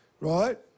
right